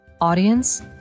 Audience